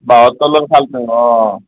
বাঁহৰ তলৰ খালটো অ